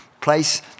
place